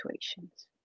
situations